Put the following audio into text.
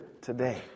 today